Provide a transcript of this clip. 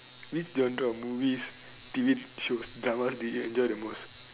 which genre of movies did you shows dramas did you enjoy the most